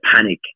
panic